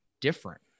different